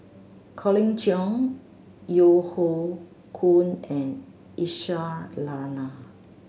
Colin Cheong Yeo Hoe Koon and Aisyah Lyana